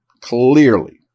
Clearly